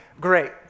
great